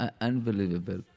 unbelievable